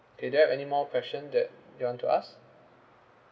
K do you have anymore question that you want to ask